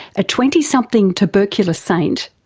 a twenty something tubercular saint,